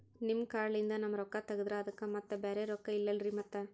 ನಿಮ್ ಕಾರ್ಡ್ ಲಿಂದ ನಮ್ ರೊಕ್ಕ ತಗದ್ರ ಅದಕ್ಕ ಮತ್ತ ಬ್ಯಾರೆ ರೊಕ್ಕ ಇಲ್ಲಲ್ರಿ ಮತ್ತ?